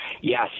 yes